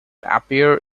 appear